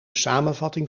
samenvatting